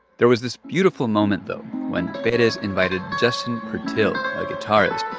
there was this beautiful moment, though, when perez invited justin purtill, a guitarist,